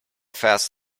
fast